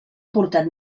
portat